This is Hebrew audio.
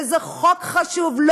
וזה חוק חשוב.